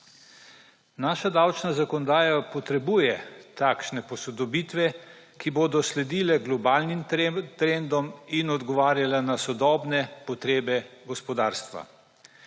Naša davčna zakonodaja potrebuje takšne posodobitve, ki bodo sledile globalnim trendom in odgovarjala na sodobne potrebe gospodarstva.